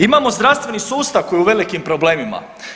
Imamo zdravstveni sustav koji je u velikim problemima.